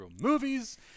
movies